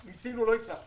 עו"ד יעקב כהן,